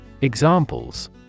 Examples